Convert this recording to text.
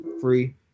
free